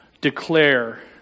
declare